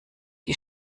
die